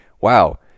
wow